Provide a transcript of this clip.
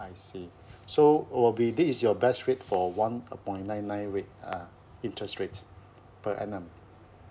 I see so will be this is your best rate for one point nine nine rate uh interest rate per annum